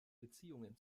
beziehungen